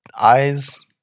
eyes